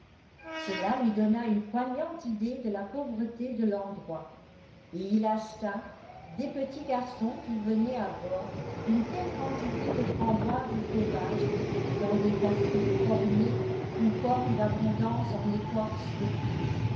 cela lui donna une poignante idée de la pauvreté de l'endroit et il acheta des petits garçons qui venaient à bord une telle quantité de framboises sauvages dans des cassots cornets ou cornes d'abondance en écorce de bouleau